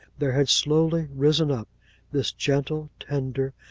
there had slowly risen up this gentle, tender,